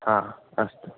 हा अस्तु